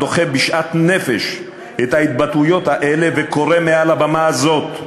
דוחה בשאט נפש את ההתבטאויות האלה וקורא מעל במה זו: